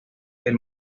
del